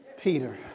Peter